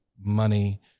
money